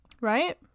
Right